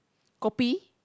kopi